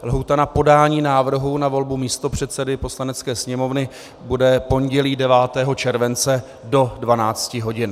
Lhůta na podání návrhů na volbu místopředsedy Poslanecké sněmovny bude pondělí 9. července do 12 hodin.